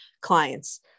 clients